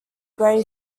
grey